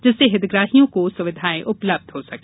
जिससे हितग्राहियों को सुविधाएं उपलब्ध हो सके